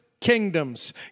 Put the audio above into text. Kingdoms